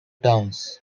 towns